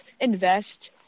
invest